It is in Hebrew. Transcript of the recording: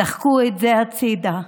דחקו את זה הצידה,